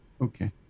Okay